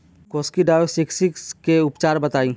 Coccidiosis के उपचार बताई?